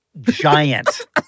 Giant